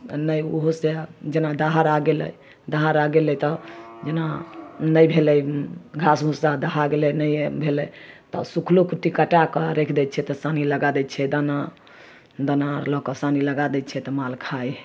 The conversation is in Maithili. नहि ओहोसँ जेना दहार आ गेलै दहाल आओर आ गेलै तऽ जेना नहि भेलै घास भुस्सा दहा गेलै नहि भेलै तऽ सूुखलो कुट्टी कटाके रखि दै छिए तऽ सानी लगा दै छिए दाना दाना आओर लऽ कऽ सानी लगा दै छिए तऽ माल खाइ हइ